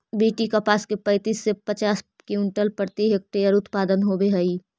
BT कपास के पैंतीस से पचास क्विंटल प्रति हेक्टेयर उत्पादन होवे हई